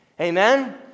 Amen